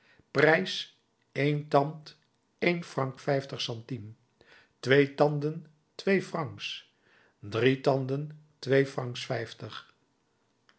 één tand één franc vijftig centimes twee tanden twee francs drie tanden twee francs vijftig